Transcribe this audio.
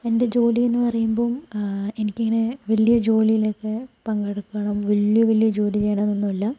എൻ്റെ ജോലിയെന്ന് പറയുമ്പോൾ എനിക്ക് ഇങ്ങനെ വലിയ ജോലിയിലൊക്കെ പങ്കെടുക്കണം വലിയ വലിയ ജോലി ചെയ്യണമെന്നൊന്നുമില്ല